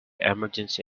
emergency